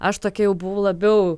aš tokia jau buvau labiau